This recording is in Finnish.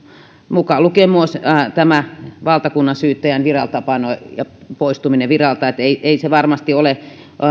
mukaan lukien myös tämä valtakunnansyyttäjän viraltapano ja poistuminen viralta ovat olleet ikävä kolaus niin että eivät ne varmasti ole